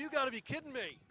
you gotta be kidding me